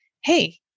hey